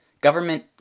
Government